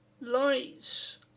Lights